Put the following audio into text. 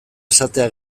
esatea